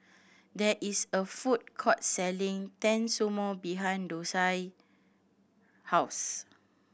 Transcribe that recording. there is a food court selling Tensumu behind Dosia house